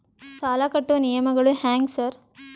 ಸಾಲ ಕಟ್ಟುವ ನಿಯಮಗಳು ಹ್ಯಾಂಗ್ ಸಾರ್?